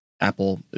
Apple